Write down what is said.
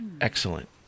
Excellent